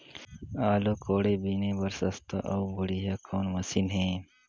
आलू कोड़े बीने बर सस्ता अउ बढ़िया कौन मशीन हे?